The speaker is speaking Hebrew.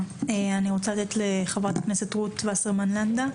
אני רוצה לתת את רשות הדיבור לחברת הכנסת רות וסרמן לנדה,